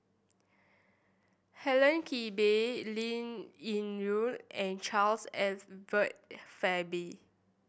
Helen Gilbey Linn In Ru and Charles Edward Faber